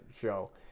show